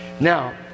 Now